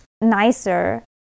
nicer